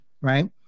right